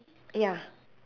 ya